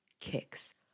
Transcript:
kicks